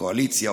קואליציה,